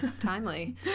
timely